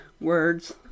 words